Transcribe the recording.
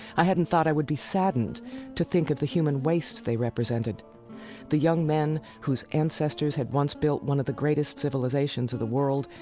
i hadn't thought i would be saddened to think of the human waste they represented the young men whose ancestors had once built one of the greatest civilizations of the world,